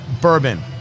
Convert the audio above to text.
bourbon